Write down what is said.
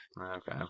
Okay